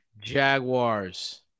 Jaguars